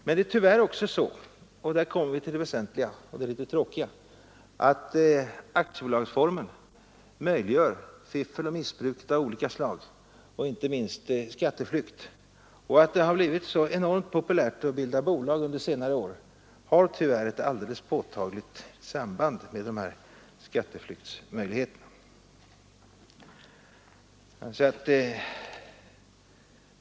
Men det är tyvärr också så — och där kommer vi till det väsentliga och det litet tråkiga — att aktiebolagsformen möjliggör fiffel och missbruk av olika slag och inte minst skatteflykt. Att det under senare år har blivit så enormt populärt att bilda bolag har tyvärr ett alldeles påtagligt samband med de här skatteflyktsmöjligheterna.